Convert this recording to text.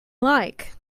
like